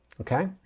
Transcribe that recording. Okay